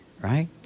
Right